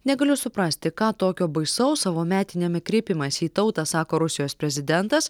negaliu suprasti ką tokio baisaus savo metiniame kreipimąsi į tautą sako rusijos prezidentas